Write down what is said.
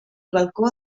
balcó